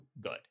good